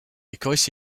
because